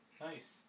Nice